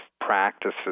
practices